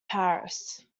paris